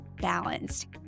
balanced